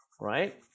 right